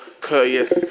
courteous